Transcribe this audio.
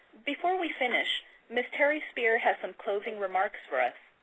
before we finish, ms. terri spear has some closing remarks for us,